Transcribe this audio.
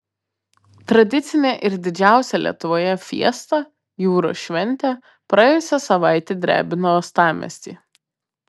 tradicinė ir didžiausia lietuvoje fiesta jūros šventė praėjusią savaitę drebino uostamiestį